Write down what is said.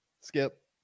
Skip